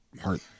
heart